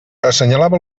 assenyalava